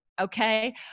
okay